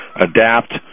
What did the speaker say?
adapt